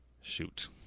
shoot